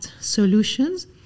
solutions